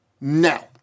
now